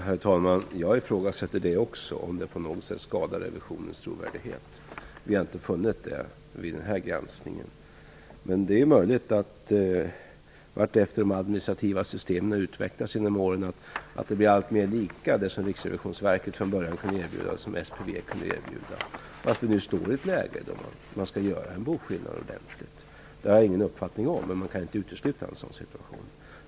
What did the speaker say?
Herr talman! Om detta på något sätt skadar trovärdigheten när det gäller revisionen ifrågasätter jag också det. Vi har vid denna granskning inte funnit att det är så. Men det är möjligt att det som Riksrevisionsverket och SPV kan erbjuda har blivit allt mer lika - allteftersom de administrativa systemen har utvecklats genom åren - och att vi nu befinner oss i ett läge då det skall göras en ordentlig boskillnad. Det har jag ingen uppfattning om, men man kan inte utesluta en sådan situation.